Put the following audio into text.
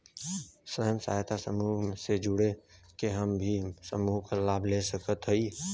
स्वयं सहायता समूह से जुड़ के हम भी समूह क लाभ ले सकत हई?